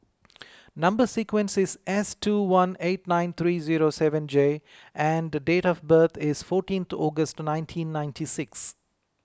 Number Sequence is S two one eight nine three zero seven J and date of birth is fourteenth August nineteen ninety six